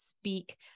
speak